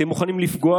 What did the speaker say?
אתם מוכנים לפגוע,